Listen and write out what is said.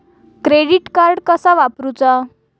Credit card कसा वापरूचा?